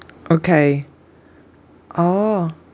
okay oh